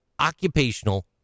occupational